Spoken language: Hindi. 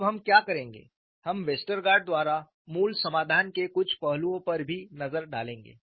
अब हम क्या करेंगे हम वेस्टरगार्ड द्वारा मूल समाधान के कुछ पहलुओं पर भी एक नजर डालेंगे